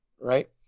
right